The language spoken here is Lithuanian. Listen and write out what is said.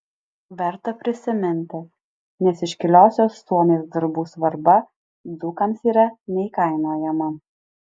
verta prisiminti nes iškiliosios suomės darbų svarba dzūkams yra neįkainojama